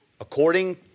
according